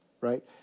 Right